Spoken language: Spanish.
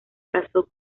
casó